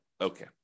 Okay